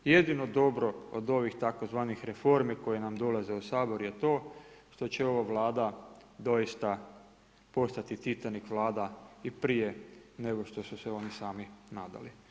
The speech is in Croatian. Jedino dobro od ovih tzv. reformi koje nam dolaze u Saboru je to što će ova Vlada doista postati „Titanik Vlada“ i prije nego što su se oni sami nadali.